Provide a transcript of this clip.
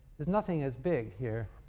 there's nothing as big here